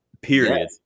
Period